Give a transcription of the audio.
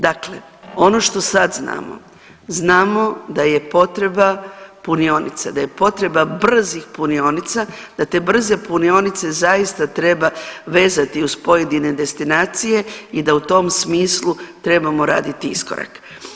Dakle, ono što sad znamo, znamo da je potreba punionica, da je potreba brzih punionica, da te brze punionice zaista treba vezati uz pojedine destinacije i da u tom smislu trebamo raditi iskorak.